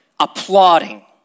applauding